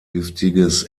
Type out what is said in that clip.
giftiges